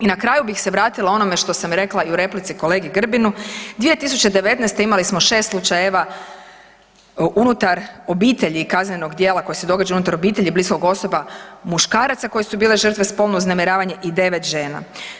I na kraju bih se vratila onome što sam rekla i u replici kolegi Grbinu, 2019. imali smo 6 slučajeva unutar obitelji kaznenog djela, koje se događa unutar obitelji bliskog osoba muškaraca koji su bili žrtve spolnog uznemiravanje i 9 žena.